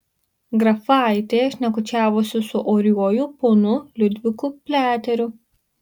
grafaitė šnekučiavosi su oriuoju ponu liudviku pliateriu